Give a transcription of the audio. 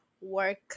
work